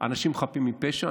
אנשים חפים מפשע,